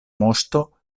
moŝto